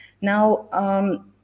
now